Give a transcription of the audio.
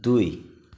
দুই